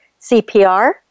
CPR